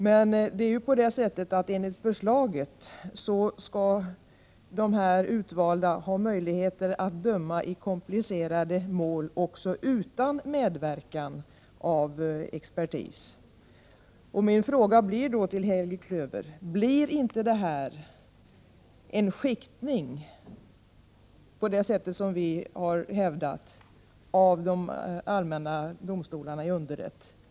Men enligt förslaget skall ju de utvalda tingsrätterna ha möjlighet att döma i komplicerade mål också utan medverkan av expertis. Min fråga till Helge Klöver blir då: Innebär inte detta en skiktning av de allmänna domstolarna i underrätt på det sätt som vi har hävdat?